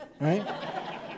right